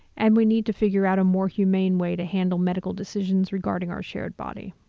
and we need to figure out a more humane way to handle medical decisions regarding our shared body.